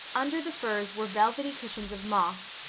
under the firs were velvety cushions of moss,